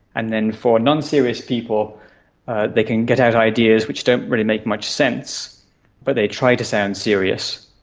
and then for non-serious people they can get out ideas which don't really make much sense but they try to sound serious.